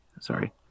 Sorry